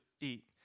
eat